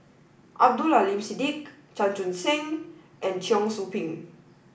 Abdul Aleem Siddique Chan Chun Sing and Cheong Soo Pieng